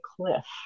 cliff